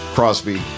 Crosby